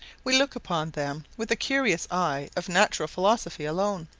we look upon them with the curious eye of natural philosophy alone.